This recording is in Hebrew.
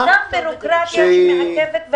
הבירוקרטיה מעכבת.